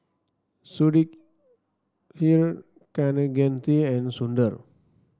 Sudhir Kaneganti and Sundar